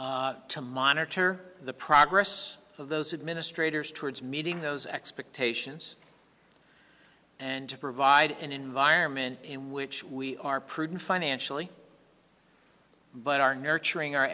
years to monitor the progress of those administrators towards meeting those expectations and to provide an environment in which we are prudent financially but are nurturing